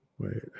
Wait